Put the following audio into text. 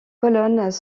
colonnes